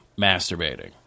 masturbating